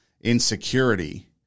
insecurity